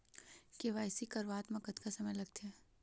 KYC करवात म कतका समय लगथे?